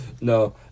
No